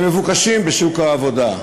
הם מבוקשים בשוק העבודה.